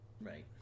Right